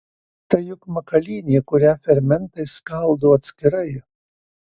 tai juk makalynė kurią fermentai skaldo atskirai